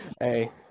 Hey